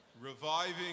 Reviving